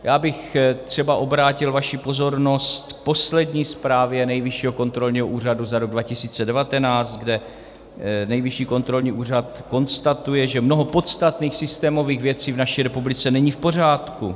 Já bych třeba obrátil vaši pozornost k poslední zprávě Nejvyššího kontrolního úřadu za rok 2019, kde Nejvyšší kontrolní úřad konstatuje, že mnoho podstatných systémových věcí v naší republice není v pořádku.